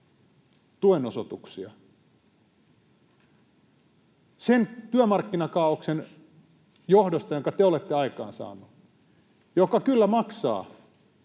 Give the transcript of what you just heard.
tuen osoituksia sen työmarkkinakaaoksen johdosta, jonka te olette aikaansaaneet, joka kyllä maksaa